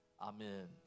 Amen